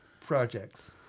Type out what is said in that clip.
projects